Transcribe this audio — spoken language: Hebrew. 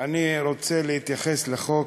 אני רוצה להתייחס לחוק